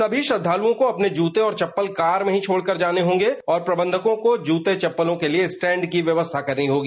सभी श्रद्धालओं को अपने जूते और चप्पल कार में ही छोड़ कर जाने होंगे और प्रबंधकों को जूते चप्पलों के लिए स्टैंड की व्यवस्था करनी होगी